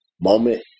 moment